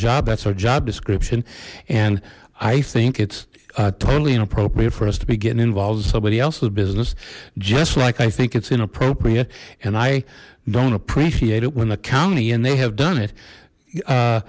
job that's our job description and i think it's totally inappropriate for us to be getting involved in somebody else's business just like i think it's inappropriate and i don't appreciate it when the county and they have done it